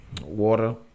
water